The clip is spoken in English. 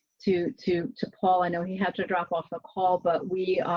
to, to, to paul. i know he had to drop off the call, but we.